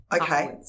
Okay